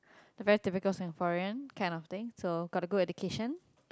the very typical Singaporean kind of thing so got a good education